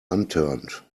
unturned